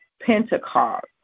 Pentecost